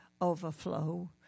overflow